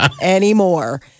anymore